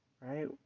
right